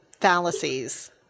fallacies